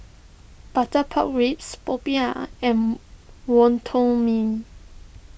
Butter Pork Ribs Popiah and Wonton Mee